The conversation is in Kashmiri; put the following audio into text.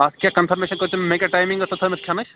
اَتھ کیٛاہ کَنفرمیٚشیٚن کٔژِم مےٚ کیٛاہ ٹایِمِنٛگ ٲس تھٲومٕژ کھیٚنٕچ